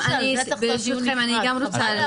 צריך גם לקחת בחשבון את כל הנושא